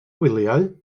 wyliau